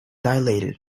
dilated